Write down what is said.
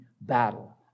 battle